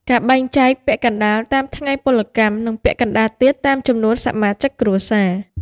ការបែងចែកពាក់កណ្ដាលតាមថ្ងៃពលកម្ម និងពាក់កណ្ដាលទៀតតាមចំនួនសមាជិកគ្រួសារ។